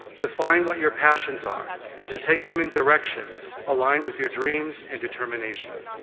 define what your passions are, and to take them in directions aligned with your dreams and determination.